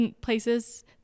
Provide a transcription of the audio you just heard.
places